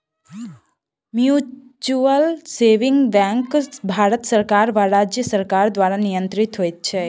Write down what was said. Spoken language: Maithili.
म्यूचुअल सेविंग बैंक भारत सरकार वा राज्य सरकार द्वारा नियंत्रित होइत छै